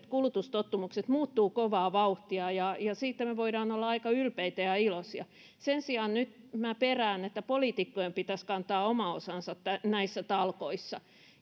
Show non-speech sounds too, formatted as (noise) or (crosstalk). (unintelligible) kulutustottumukset muuttuvat kovaa vauhtia ja ja siitä me voimme olla aika ylpeitä ja iloisia sen sijaan nyt minä perään että poliitikkojen pitäisi kantaa oma osansa näissä talkoissa